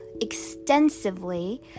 extensively